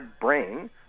brain